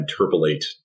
interpolate